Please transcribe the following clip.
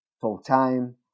full-time